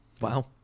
Wow